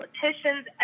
politicians